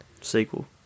sequel